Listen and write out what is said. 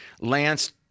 Lance